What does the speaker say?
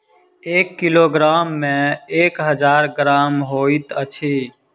एक किलोग्राम मे एक हजार ग्राम होइत अछि